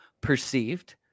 perceived